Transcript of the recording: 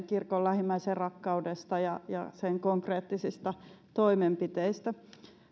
kirkon lähimmäisenrakkaudesta ja ja sen konkreettisista toimenpiteistä